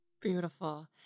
Beautiful